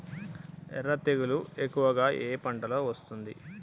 ఎర్ర తెగులు ఎక్కువగా ఏ పంటలో వస్తుంది?